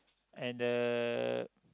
and